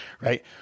right